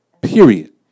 period